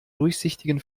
durchsichtigen